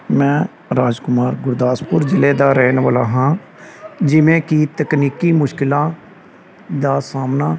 ਮੈਂ ਰਾਜਕੁਮਾਰ ਗੁਰਦਾਸਪੁਰ ਜ਼ਿਲ੍ਹੇ ਦਾ ਰਹਿਣ ਵਾਲਾ ਹਾਂ ਜਿਵੇਂ ਕਿ ਤਕਨੀਕੀ ਮੁਸ਼ਕਲਾਂ ਦਾ ਸਾਹਮਣਾ